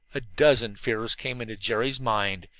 a dozen fears came into jerry's mind,